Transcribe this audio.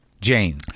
jane